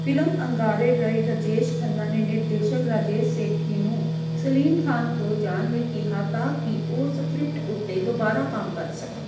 film Angaare ਲਈ ਰਾਜੇਸ਼ ਖੰਨਾ ਨੇ ਨਿਰਦੇਸ਼ਕ ਰਾਜੇਸ਼ ਸੇਠੀ ਨੂੰ ਸਲੀਮ ਖਾਨ ਕੋਲ ਜਾਣ ਲਈ ਕਿਹਾ ਤਾਂ ਕਿ ਉਹ ਸਕ੍ਰਿਪਟ ਉੱਤੇ ਦੁਬਾਰਾ ਕੰਮ ਕਰ ਸਕਣ